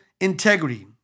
integrity